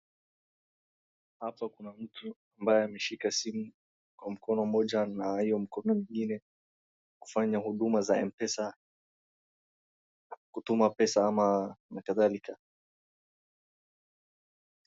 Hapo kuna mtu ambaye ameshika simu kwa mkono mmoja na hiyo mkono mwingine hufanya huduma za M-pesa kutumika pesa na kadhalika.